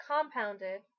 compounded